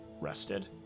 rested